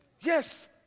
Yes